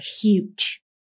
huge